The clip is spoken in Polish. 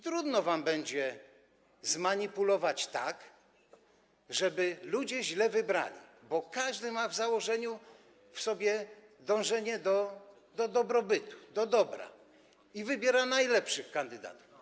Trudno wam będzie tak zmanipulować ludzi, żeby źle wybrali, bo każdy ma w założeniu w sobie dążenie do dobrobytu, do dobra i wybiera najlepszych kandydatów.